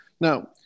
Now